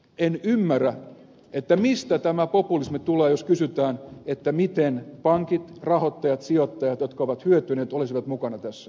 en ymmärrä mistä tämä populismi tulee jos kysytään miten pankit rahoittajat sijoittajat jotka ovat hyötyneet olisivat mukana tässä